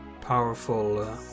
powerful